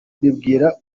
mbibwira